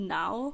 now